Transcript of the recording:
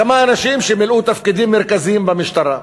כמה אנשים שמילאו תפקידים מרכזיים במשטרה.